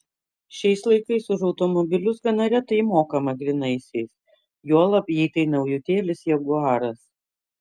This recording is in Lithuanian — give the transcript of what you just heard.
šiais laikais už automobilius gana retai mokama grynaisiais juolab jei tai naujutėlis jaguaras